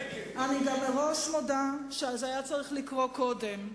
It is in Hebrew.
אני מראש מודה שזה היה צריך לקרות קודם.